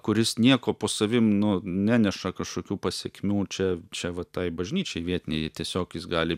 kuris nieko po savim nu neneša kažkokių pasekmių čia čia va tai bažnyčiai vietinei tiesiog jis gali